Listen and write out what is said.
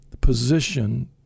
position